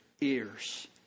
ears